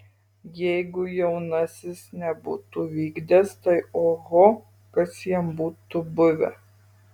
jeigu jaunasis nebūtų vykdęs tai oho kas jam būtų buvę